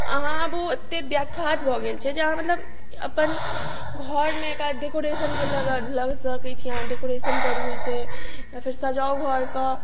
अहाँ आब ओ अतए ब्याख्यात भऽ गेल छै जे अहाँ मतलब अपन घर मे का डेकोरेशनके लगा सकै छी अहाँ डेकोरेशन करू ओहिसे या फेर सजाउ घर के